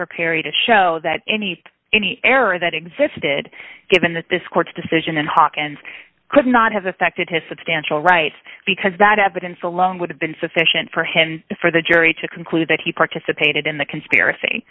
for perry to show that anything any error that existed given that this court's decision and hawkins could not have affected his substantial rights because that evidence alone would have been sufficient for him for the jury to conclude that he participated in the conspiracy